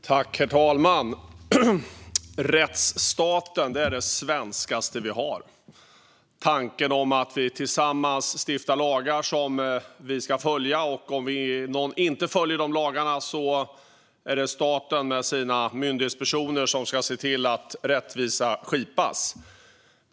Herr talman! Rättsstaten är det svenskaste vi har. Tanken är att vi tillsammans stiftar lagar som vi ska följa, och om någon inte följer lagarna är det staten med sina myndighetspersoner som ska se till att rättvisa skipas.